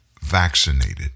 vaccinated